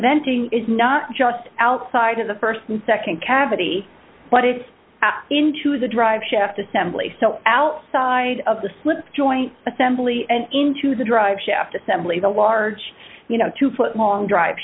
venting is not just outside in the st or nd cavity but it into the drive shaft assembly outside of the slip joint assembly and into the drive shaft assembly the large you know two foot long drive